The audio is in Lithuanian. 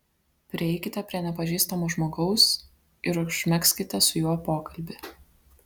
prieikite prie nepažįstamo žmogaus ir užmegzkite su juo pokalbį